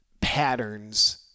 patterns